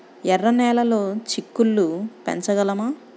ఎర్ర నెలలో చిక్కుళ్ళు పెంచగలమా?